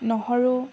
নহৰু